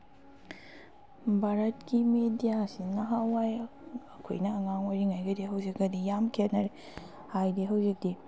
ꯚꯥꯔꯠꯀꯤ ꯃꯦꯗꯤꯌꯥ ꯑꯁꯤ ꯅꯍꯥꯟꯋꯥꯏ ꯑꯩꯈꯣꯏꯅ ꯑꯉꯥꯡ ꯑꯣꯏꯔꯤꯉꯩꯒꯗꯤ ꯍꯧꯖꯤꯛꯀꯗꯤ ꯌꯥꯝ ꯈꯦꯠꯅꯔꯦ ꯍꯥꯏꯗꯤ ꯍꯧꯖꯤꯛꯇꯤ